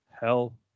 Hell